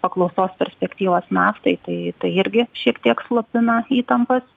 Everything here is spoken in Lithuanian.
paklausos perspektyvos naftai tai tai irgi šiek tiek slopina įtampas